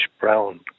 brown